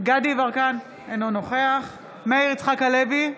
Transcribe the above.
דסטה גדי יברקן, אינו נוכח מאיר יצחק הלוי,